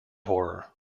horror